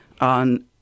on